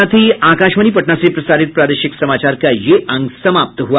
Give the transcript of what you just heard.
इसके साथ ही आकाशवाणी पटना से प्रसारित प्रादेशिक समाचार का ये अंक समाप्त हुआ